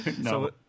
No